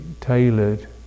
tailored